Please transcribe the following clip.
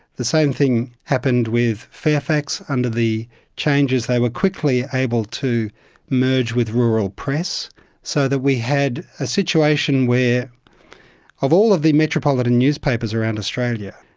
the same thing happened with fairfax. under the changes they were quickly able to merge with rural press so that we had a situation where of all of the metropolitan newspapers around australia,